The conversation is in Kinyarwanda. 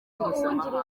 mpuzamahanga